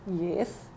Yes